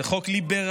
זה חוק ליברלי.